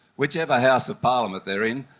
whichever house of parliament they are in,